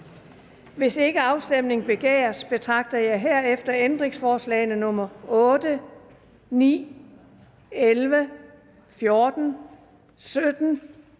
Hvis ikke afstemning begæres, betragter jeg herefter ændringsforslagene nr. 8, 9, 11, 14, 17,